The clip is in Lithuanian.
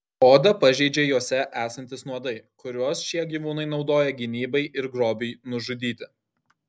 odą pažeidžia juose esantys nuodai kuriuos šie gyvūnai naudoja gynybai ir grobiui nužudyti